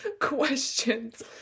questions